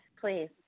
please